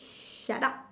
shut up